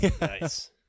Nice